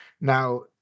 Now